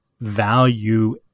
value